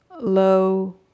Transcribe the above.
Low